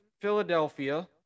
Philadelphia